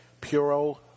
Puro